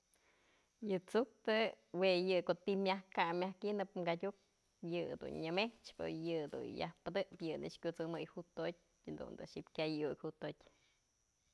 Yë tsu'uktë jue yë ko'o ti myaj kab. myaj kynëp kadyuk yë dun nyamëchpë o yë dun yajpëdëpyë yë nëkxë kysëmëy jutotyë jadt's a'ax ji'ib kyay ukyë jutotyë.